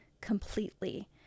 completely